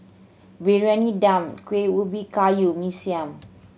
Briyani Dum Kueh Ubi Kayu Mee Siam